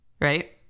right